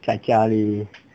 在家里